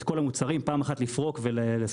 את כל המוצרים פעם אחת לפרוק ולסדר.